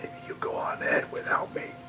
you go on ahead without me.